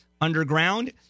underground